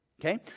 okay